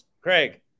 Craig